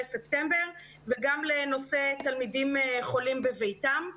ספטמבר וגם לנושא התלמידים החולים בביתם.